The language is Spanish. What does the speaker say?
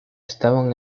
estaban